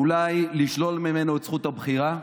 אולי לשלול ממנה את זכות הבחירה?